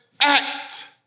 act